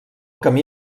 camí